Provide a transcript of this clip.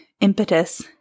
impetus